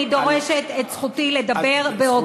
אני דורשת את זכותי לדבר באותה,